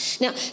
Now